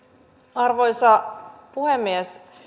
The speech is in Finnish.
arvoisa puhemies